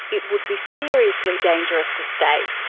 it would be seriously dangerous to stay.